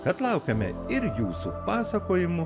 kad laukiame ir jūsų pasakojimų